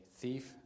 thief